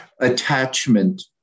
attachment